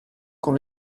con